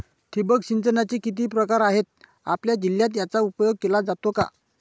ठिबक सिंचनाचे किती प्रकार आहेत? आपल्या जिल्ह्यात याचा उपयोग केला जातो का?